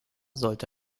sollte